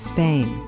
Spain